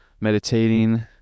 meditating